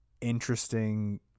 interesting